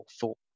thought